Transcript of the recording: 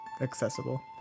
accessible